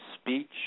speech